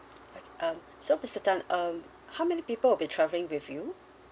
okay um so mister tan um how many people will be travelling with you